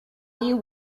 you